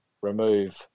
remove